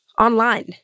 online